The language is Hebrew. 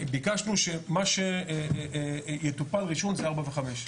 ביקשנו שמה שיטופל ראשון זה 4 ו-5.